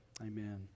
Amen